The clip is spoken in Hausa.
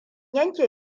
yanke